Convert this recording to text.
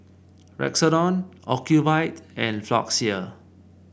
Redoxon Ocuvite and Floxia